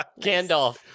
Gandalf